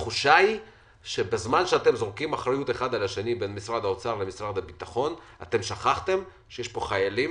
התחושה היא שבזמן שאתם זורקים אחריות אחד על השני שכחתם שיש פה חיילים